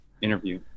interview